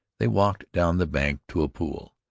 they walked down the bank to a pool,